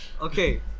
Okay